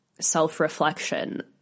self-reflection